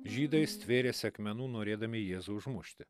žydai stvėrėsi akmenų norėdami jėzų užmušti